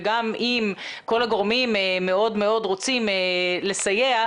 וגם אם כל הגורמים מאוד רוצים לסייע,